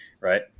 right